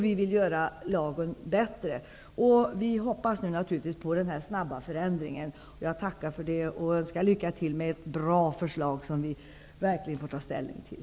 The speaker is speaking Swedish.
Vi vill göra lagen bättre. Vi hoppas nu naturligtvis på en snabb förändring. Jag tackar för detta och önskar justitieministern lycka till med ett bra förslag, som vi så småningom får ta ställning till.